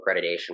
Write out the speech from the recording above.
accreditation